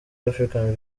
africans